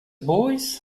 boys